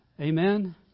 Amen